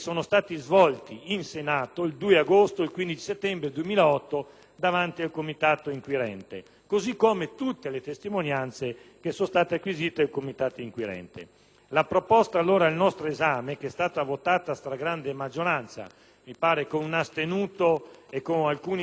davanti al Comitato inquirente, nonché su tutte le testimonianze che sono state acquisite dallo stesso. La proposta al nostro esame, che è stata votata a stragrande maggioranza - mi pare con un solo astenuto e un paio di senatori che si erano allontanati dall'Aula e non hanno partecipato al voto